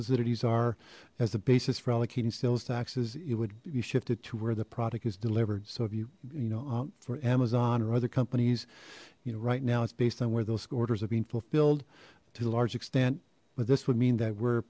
facilities are as the basis for allocating sales taxes it would be shifted to where the product is delivered so if you you know for amazon or other companies you know right now it's based on where those quarters are being fulfilled to the large extent but this would mean that we're